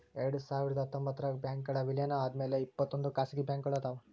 ಎರಡ್ಸಾವಿರದ ಹತ್ತೊಂಬತ್ತರಾಗ ಬ್ಯಾಂಕ್ಗಳ್ ವಿಲೇನ ಆದ್ಮ್ಯಾಲೆ ಇಪ್ಪತ್ತೊಂದ್ ಖಾಸಗಿ ಬ್ಯಾಂಕ್ಗಳ್ ಅದಾವ